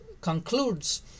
concludes